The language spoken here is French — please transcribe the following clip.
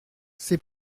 c’est